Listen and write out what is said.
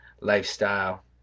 lifestyle